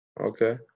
okay